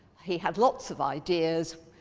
he had lots of ideas,